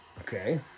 Okay